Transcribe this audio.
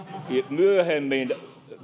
myöhemmin